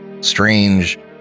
strange